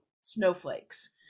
snowflakes